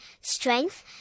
strength